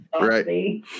Right